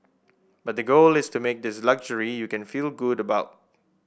but the goal is to make this luxury you can feel good about